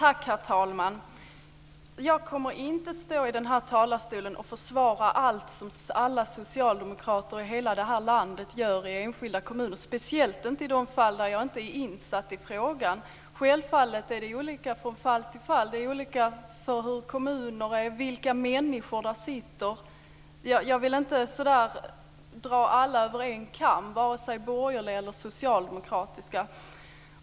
Herr talman! Jag kommer inte att stå i denna talarstol och försvara allt som alla socialdemokrater i hela detta land gör i enskilda kommuner - speciellt inte i de fall där jag inte är insatt i frågan. Självfallet är det olika från fall till fall. Det är olika beroende på hur kommunerna är och på vilka människor där sitter. Jag vill inte dra alla över en kam, vare sig borgerliga eller socialdemokratiska.